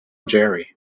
jerry